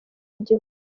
gihugu